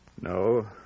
No